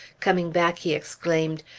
coming back he exclaimed,